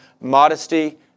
modesty